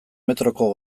metroko